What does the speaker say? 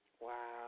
Wow